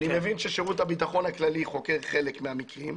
אני מבין ששירות הביטחון הכללי חוקר חלק מהמקרים,